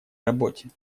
работе